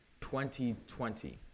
2020